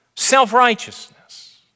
Self-righteousness